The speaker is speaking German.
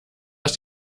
aus